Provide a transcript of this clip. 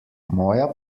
moja